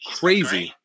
crazy